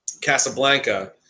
Casablanca